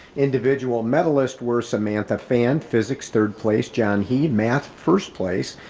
individual medalist were samantha fan, physics third place john hii, math first place,